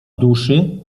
duszy